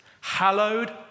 Hallowed